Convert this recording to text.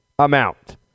Amount